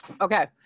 Okay